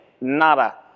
nada